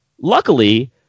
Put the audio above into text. luckily